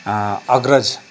अग्रज